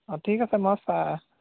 অঁ ঠিক আছে মই চাই